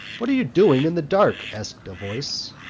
what are you doing in the dark? asked a voice.